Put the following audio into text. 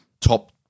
top